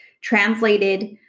translated